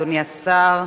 אדוני השר,